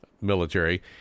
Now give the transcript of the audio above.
military